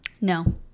No